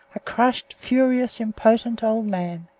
a crushed, furious, impotent old man.